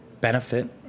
benefit